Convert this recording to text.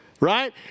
right